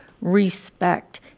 respect